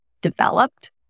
developed